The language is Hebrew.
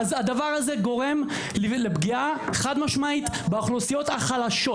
הדבר גורם לפגיעה חד משמעית באוכלוסיות החלשות.